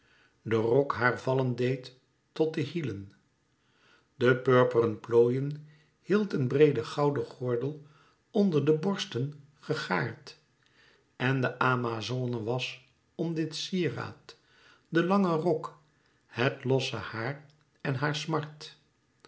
den rok haar vallen deed tot de hielen de purperen plooien hield een breede gouden gordel onder de borsten gegaard en de amazone was om dit sieraad den langen rok het losse haar en haar smart